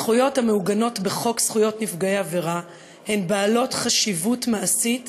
הזכויות המעוגנות בחוק זכויות נפגעי עבירה הן בעלות חשיבות מעשית